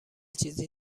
چیزی